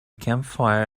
campfire